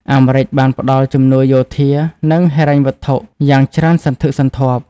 អាមេរិកបានផ្តល់ជំនួយយោធា និងហិរញ្ញវត្ថុយ៉ាងច្រើនសន្ធឹកសន្ធាប់។